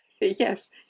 Yes